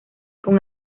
con